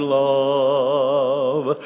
love